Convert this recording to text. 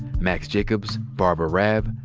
max jacobs, barbara raab,